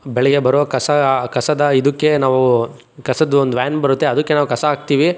ಬೆಳಗ್ಗೆ ಬರೋ ಕಸ ಕಸದ ಇದಕ್ಕೆ ನಾವು ಕಸದ ಒಂದು ವ್ಯಾನ್ ಬರುತ್ತೆ ಅದಕ್ಕೆ ನಾವು ಕಸ ಹಾಕ್ತಿವಿ